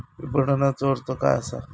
विपणनचो अर्थ काय असा?